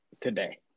today